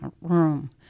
room